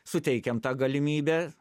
suteikiam tą galimybę